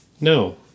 no